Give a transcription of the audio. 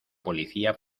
policía